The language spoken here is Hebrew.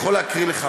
אני יכול לקרוא לך,